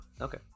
Okay